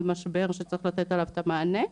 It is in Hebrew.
ומשבר שצריך לתת עליו את המענה.